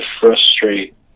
frustrate